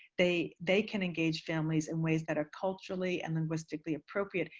they they can engage families in ways that are culturally and linguistically-appropriate,